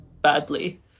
badly